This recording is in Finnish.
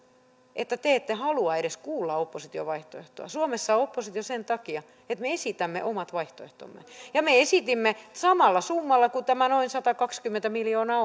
että te ette halua edes kuulla opposition vaihtoehtoa suomessa on oppositio sen takia että me esitämme omat vaihtoehtomme ja me esitimme samalla summalla kuin tämä noin satakaksikymmentä miljoonaa